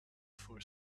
for